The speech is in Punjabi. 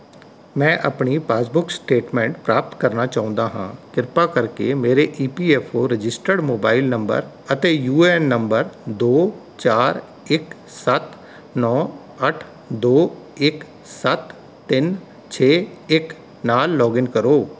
ਮੈਂ ਆਪਣੀ ਪਾਸਬੁੱਕ ਸਟੇਟਮੈਂਟ ਪ੍ਰਾਪਤ ਕਰਨਾ ਚਾਹੁੰਦਾ ਹਾਂ ਕਿਰਪਾ ਕਰਕੇ ਮੇਰੇ E P F O registered mobile number ਅਤੇ ਯੂ ਏ ਐੱਨ ਨੰਬਰ ਦੋ ਚਾਰ ਇੱਕ ਸੱਤ ਨੌਂ ਅੱਠ ਦੋ ਇੱਕ ਸੱਤ ਤਿੰਨ ਛੇ ਇੱਕ ਨਾਲ ਲੌਗਇਨ ਕਰੋ